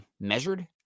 measured